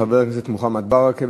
חבר הכנסת מוחמד ברכה,